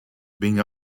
being